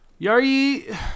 Yari